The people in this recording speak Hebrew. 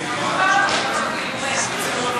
נתקבלו.